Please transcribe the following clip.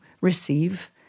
receive